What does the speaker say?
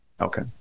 Okay